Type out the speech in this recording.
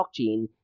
blockchain